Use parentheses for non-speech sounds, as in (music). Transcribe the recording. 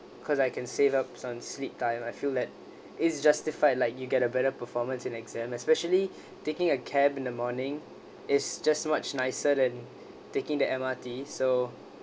cause I can save up some sleep time I feel that it's justified like you get a better performance in exam especially (breath) taking a cab in the morning it's just much nicer than taking the M_R_T so